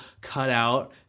cutout